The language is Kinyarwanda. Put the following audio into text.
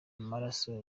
amaraso